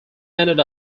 ended